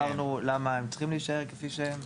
הסברנו למה הם צריכים להישאר כפי שהם.